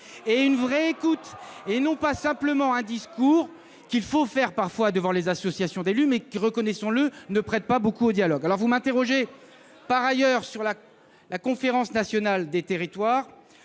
et une vraie écoute, et non pas simplement un discours qu'il faut faire parfois devant les associations d'élus, mais qui, reconnaissons-le, ne prête pas beaucoup au dialogue. Vous m'interrogez par ailleurs sur la Conférence nationale des territoires.